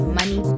money